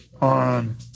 on